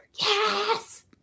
Yes